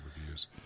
reviews